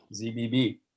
ZBB